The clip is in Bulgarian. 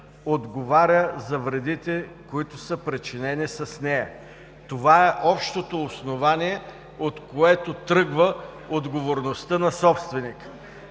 отговаря за вредите, които са причинени с нея. Това е общото основание, от което тръгва отговорността на собственика.